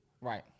Right